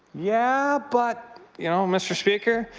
yeah, but you know, mr. speaker.